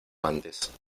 antes